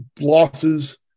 losses